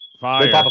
fire